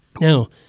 Now